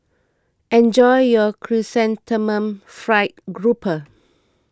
enjoy your Chrysanthemum Fried Grouper